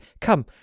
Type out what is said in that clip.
Come